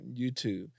YouTube